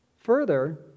Further